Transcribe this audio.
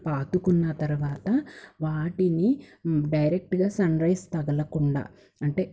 పాతుకున్న తర్వాత వాటిని డైరెక్ట్గా సన్రైజ్ తగలకుండా అంటే